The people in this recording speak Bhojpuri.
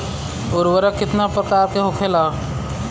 उर्वरक कितना प्रकार के होखेला?